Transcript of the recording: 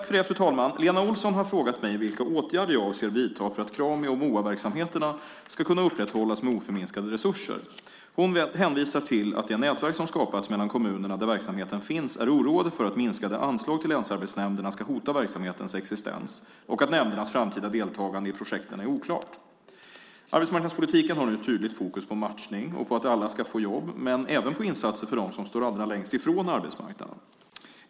Fru talman! Lena Olsson har frågat mig vilka åtgärder jag avser att vidta för att Krami och MOA-verksamheterna ska kunna upprätthållas med oförminskade resurser. Hon hänvisar till att det nätverk som skapats mellan kommunerna där verksamheten finns är oroade för att minskade anslag till länsarbetsnämnderna ska hota verksamhetens existens och att nämndernas framtida deltagande i projekten är oklart. Arbetsmarknadspolitiken har nu ett tydligt fokus på matchning och på att alla ska få jobb men även på insatser för dem som står allra längst från arbetsmarknaden.